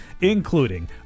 Including